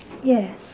yeah